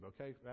okay